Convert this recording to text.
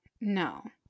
No